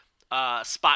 spot